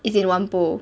is in whampoa